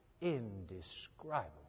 indescribable